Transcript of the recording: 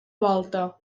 volta